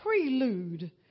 prelude